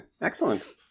excellent